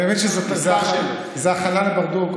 האמת שזה הכנה לברדוגו,